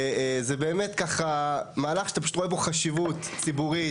זה באמת ככה מהלך שאתה פשוט רואה בו חשיבות ציבורית,